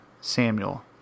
Samuel